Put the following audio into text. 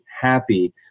happy